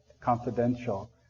confidential